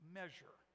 measure